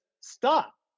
stop